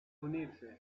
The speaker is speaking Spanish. unirse